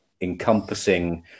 encompassing